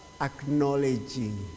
acknowledging